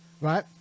right